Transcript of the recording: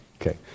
Okay